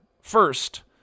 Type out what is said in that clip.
First